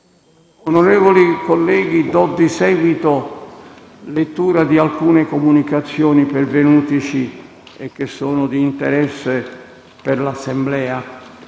Onorevoli colleghi, do di seguito lettura di alcune comunicazioni pervenuteci che sono di interesse per l'Assemblea.